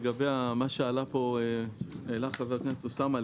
לגבי מה שהעלה חבר הכנסת אוסאמה,